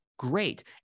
great